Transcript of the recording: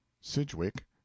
sidgwick